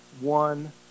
one